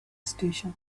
station